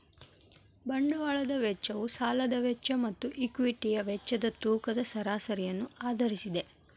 ಬಂಡವಾಳದ ವೆಚ್ಚವು ಸಾಲದ ವೆಚ್ಚ ಮತ್ತು ಈಕ್ವಿಟಿಯ ವೆಚ್ಚದ ತೂಕದ ಸರಾಸರಿಯನ್ನು ಆಧರಿಸಿದೆ